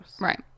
Right